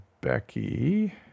Becky